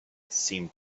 seemed